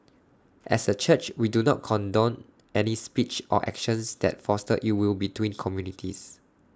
as A church we do not condone any speech or actions that foster ill will between communities